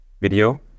video